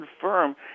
confirm